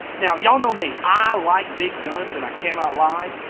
now y'all know me, i like big guns and i cannot lie.